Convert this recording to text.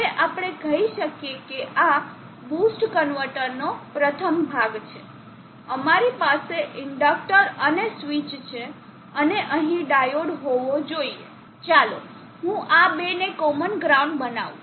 હવે આપણે કહી શકીએ કે આ બૂસ્ટ કન્વર્ટર નો પ્રથમ ભાગ છે અમારી પાસે ઇન્ડક્ટર અને સ્વીચ છે અને અહીં ડાયોડ હોવો જોઈએ ચાલો હું આ બે ને કોમન ગ્રાઉન્ડ બનાવું